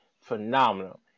phenomenal